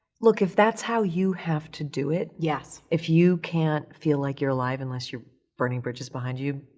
look, if that's how you have to do it, yes. if you can't feel like you're alive unless you're burning bridges behind you,